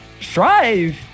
Strive